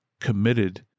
committed